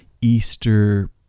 Easter